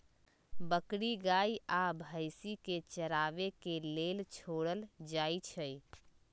बकरी गाइ आ भइसी के चराबे के लेल छोड़ल जाइ छइ